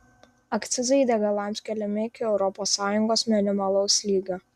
akcizai degalams keliami iki europos sąjungos minimalaus lygio